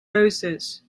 roses